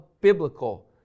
biblical